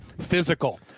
physical